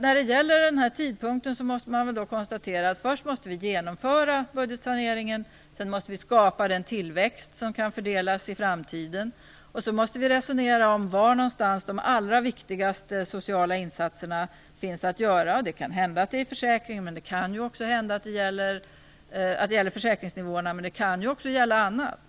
När det gäller tidpunkten måste man konstatera att först måste vi genomföra budgetsaneringen, sedan måste vi skapa den tillväxt som kan fördelas i framtiden och så måste vi resonera om var någonstans de allra viktigaste sociala insatserna finns att göra. Det kan hända att det är i försäkringsnivåerna, men det kan också hända att det gäller annat.